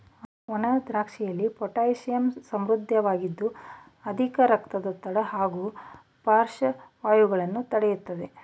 ಒಣದ್ರಾಕ್ಷಿಯಲ್ಲಿ potassium ಸಮೃದ್ಧವಾಗಿದ್ದು ಅಧಿಕ ರಕ್ತದೊತ್ತಡ ಹಾಗೂ ಪಾರ್ಶ್ವವಾಯುಗಳನ್ನು ತಡಿತದೆ